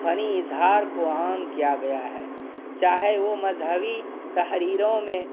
فنی اظہار کو عام کیا گیا ہے چاہے وہ مذہبی تحریروں میں